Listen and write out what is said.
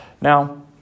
Now